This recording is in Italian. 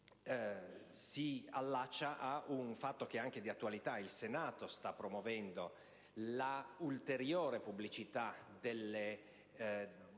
si allaccia ad un fatto di attualità; il Senato sta promuovendo l'ulteriore pubblicità della